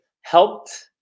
helped